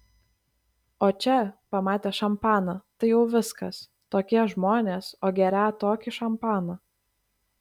o čia pamatė šampaną tai jau viskas tokie žmonės o gerią tokį šampaną